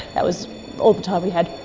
that was all the time we had.